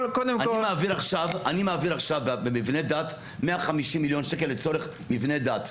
אני מעביר עכשיו במבנה דת 150 מיליון שקל לצורך מבנה דת.